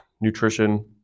nutrition